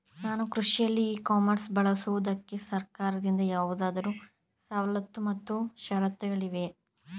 ನಾನು ಕೃಷಿಯಲ್ಲಿ e commerce ಬಳಸುವುದಕ್ಕೆ ಸರ್ಕಾರದಿಂದ ಯಾವುದಾದರು ಸವಲತ್ತು ಮತ್ತು ಷರತ್ತುಗಳಿವೆಯೇ?